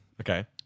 okay